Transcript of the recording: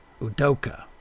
Udoka